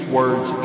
words